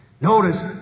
Notice